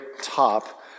top